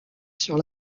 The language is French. sur